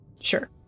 Sure